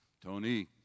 Tony